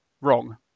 wrong